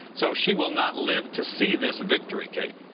so she will not live to see this victory, kate.